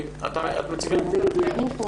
אני ממרכז